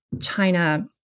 China